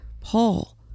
Paul